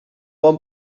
bon